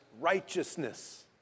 righteousness